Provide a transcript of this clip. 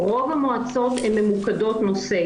רוב המועצות ממוקדות נושא.